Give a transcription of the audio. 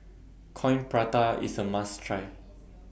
Coin Prata IS A must Try